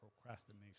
procrastination